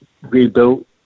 rebuilt